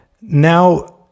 Now